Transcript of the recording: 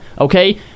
okay